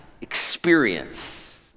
experience